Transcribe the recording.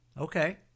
Okay